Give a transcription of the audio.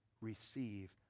receive